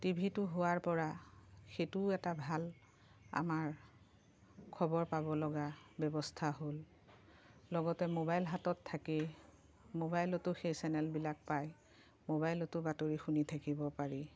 টিভিটো হোৱাৰ পৰা সেইটোও এটা ভাল আমাৰ খবৰ পাব লগা ব্যৱস্থা হ'ল লগতে মোবাইল হাতত থাকেই মোবাইলতো সেই চেনেলবিলাক পায় মোবাইলতো বাতৰি শুনি থাকিব পাৰি